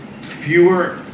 fewer